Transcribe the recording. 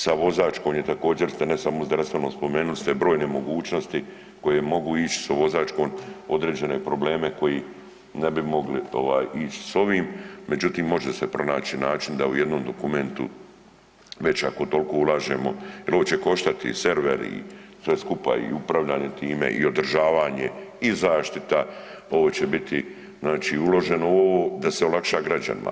Sa vožačkom je također ne samo sa zdravstvenom, spomenuli ste brojne mogućnosti koje mogu ić sa vozačkom određene probleme koji ne bi mogli ovaj ić s ovim, međutim može se pronaći način da u jednom dokumentu, već ako tolko ulažemo, jel ovo će koštati i server i sve skupa i upravljanje time i održavanje i zaštita, ovo će biti znači uloženo u ovo da se olakša građanima.